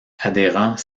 adhérents